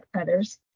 others